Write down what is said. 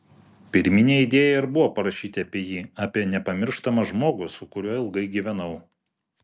pirminė idėja ir buvo parašyti apie jį apie nepamirštamą žmogų su kuriuo ilgai gyvenau